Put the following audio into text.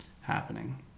happening